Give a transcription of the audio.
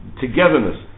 Togetherness